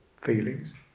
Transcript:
feelings